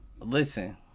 Listen